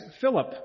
Philip